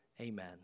Amen